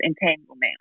entanglement